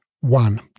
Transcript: One